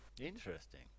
Interesting